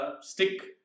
stick